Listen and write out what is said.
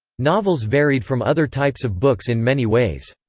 novels varied from other types of books in many ways.